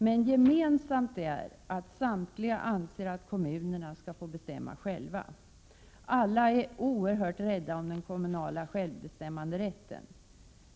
Men de har det gemensamt att samtliga anser att kommunerna själva skall få bestämma. Alla är oerhört rädda om den kommunala självbestämmanderätten.